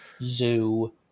Zoo